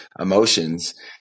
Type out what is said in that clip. emotions